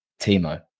Timo